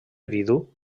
vidu